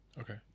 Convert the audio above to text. Okay